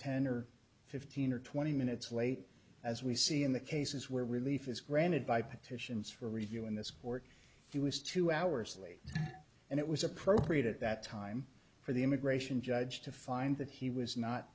ten or fifteen or twenty minutes late as we see in the cases where relief is granted by petitions for review in this court he was two hours late and it was appropriate at that time for the immigration judge to find that he was not